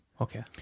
Okay